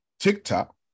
TikTok